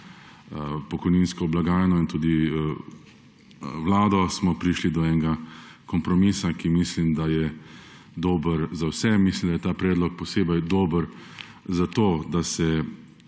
pokojninsko blagajno in tudi vlado smo prišli do enega kompromisa, za katerega mislim, da je dober za vse. Mislim, da je ta predlog posebej dober zato, da se